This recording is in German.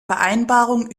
vereinbarung